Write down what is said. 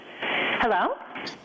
hello